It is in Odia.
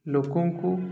ଲୋକଙ୍କୁ